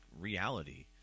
reality